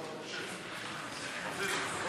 ביטן,